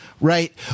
right